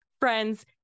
Friends